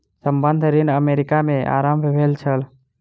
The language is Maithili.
संबंद्ध ऋण अमेरिका में आरम्भ भेल छल